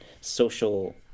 social